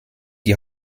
die